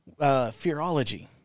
Fearology